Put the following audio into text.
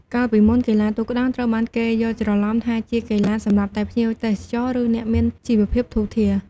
កាលពីមុន កីឡាទូកក្ដោងត្រូវបានគេយល់ច្រឡំថាជាកីឡាសម្រាប់តែភ្ញៀវទេសចរ ឬអ្នកមានជីវភាពធូរធារ។